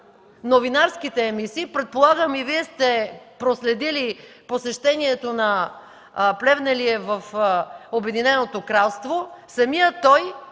новинарските емисии – предполагам, че и Вие сте проследили посещението на Плевнелиев в Обединеното кралство – самият той